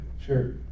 sure